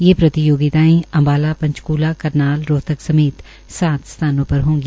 ये प्रतयोगिताएं अम्बाला पंचकूला करनाल रोहतक समेत सात स्थानों पर होगी